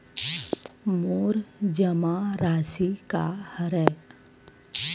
मोर जमा राशि का हरय?